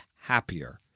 happier